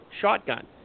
shotgun